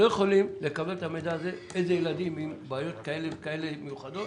לא יכולים לקבל את המידע על זה איזה ילדים עם בעיות כאלה וכאלה מיוחדות.